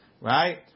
Right